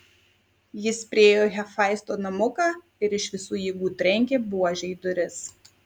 jis priėjo hefaisto namuką ir iš visų jėgų trenkė buože į duris